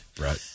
Right